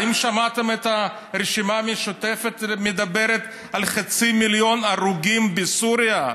האם שמעתם את הרשימה המשותפת מדברת על חצי מיליון הרוגים בסוריה?